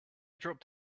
dropped